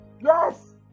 Yes